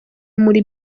muri